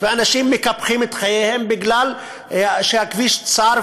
שאנשים מקפחים את חייהם מפני שהכביש צר,